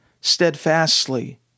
steadfastly